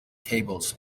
tables